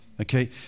Okay